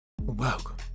Welcome